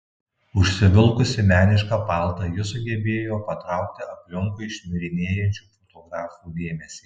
užsivilkusi menišką paltą ji sugebėjo patraukti aplinkui šmirinėjančių fotografų dėmesį